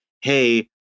hey